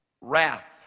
wrath